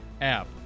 app